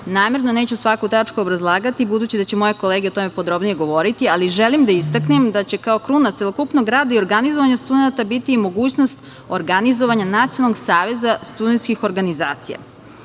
Namerno neću svaku tačku obrazlagati, budući da će moje kolege o tome podrobnije odgovoriti, ali želim da istaknem da će kao kruna celokupnog rada i organizovanju studenata biti mogućnost organizovanja nacionalnog saveza studentskih organizacija. Ono